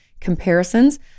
comparisons